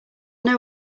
know